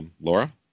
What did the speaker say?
Laura